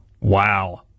Wow